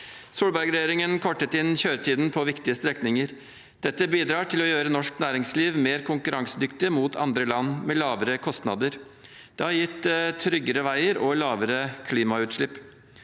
Solberg-regjeringen kortet inn kjøretiden på viktige strekninger. Dette bidrar til å gjøre norsk næ ringsliv mer konkurransedyktig mot andre land med lavere kostnader. Det har gitt tryggere veier og lavere klimagassutslipp.